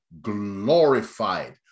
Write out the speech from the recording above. glorified